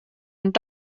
und